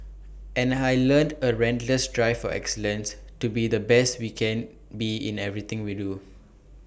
and I learnt A relentless drive for excellence to be the best we can be in everything we do